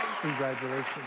congratulations